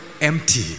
empty